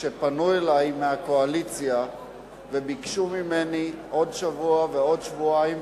כשפנו אלי מהקואליציה וביקשו ממני עוד שבוע ועוד שבועיים,